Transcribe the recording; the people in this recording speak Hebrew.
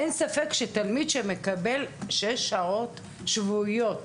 אין ספק שתלמיד שמקבל שש שעות שבועיות,